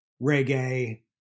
reggae